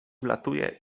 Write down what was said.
ulatuje